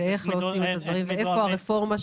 איפה הרפורמה?